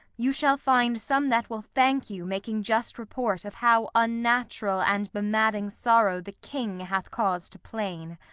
you shall find some that will thank you, making just report of how unnatural and bemadding sorrow the king hath cause to plain.